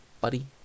buddy